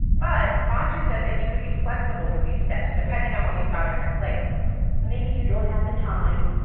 but manju said that you can be flexible with these steps depending on what you've got on your plate maybe you don't have the time.